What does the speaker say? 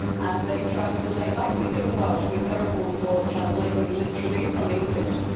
and they translate like we do in welsh we're terrible for translating literally from english.